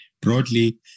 broadly